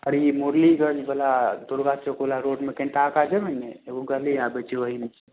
अरे मुरलीगंजबला दुर्गा चौकबला रोडमे कनिटा आगाँ जेबै ने तऽ एगो गली आबै छै ओहीमे छी